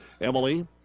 Emily